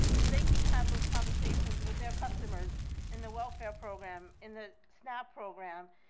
so they can have those conversations with their customers in the welfare program, in the snap program,